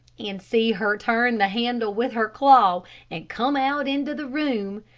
and see her turn the handle with her claw and come out into the room.